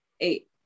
Eight